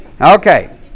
Okay